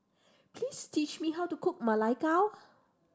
please teach me how to cook Ma Lai Gao